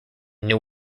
new